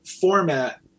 format